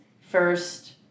first